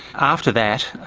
after that,